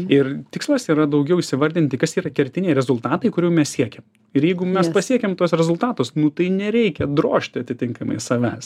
ir tikslas yra daugiau įsivardinti kas yra kertiniai rezultatai kurių mes siekia ir jeigu mes pasiekiam tuos rezultatus nu tai nereikia drožti atitinkamai savęs